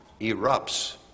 erupts